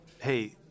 Hey